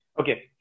Okay